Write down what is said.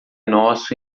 nosso